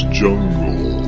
jungle